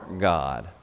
God